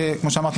כמו שאמרתי,